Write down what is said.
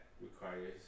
requires